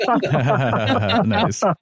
Nice